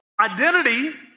Identity